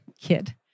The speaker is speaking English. kid